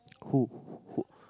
who who